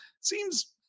seems